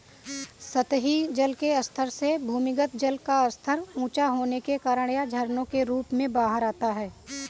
सतही जल के स्तर से भूमिगत जल का स्तर ऊँचा होने के कारण यह झरनों के रूप में बाहर आता है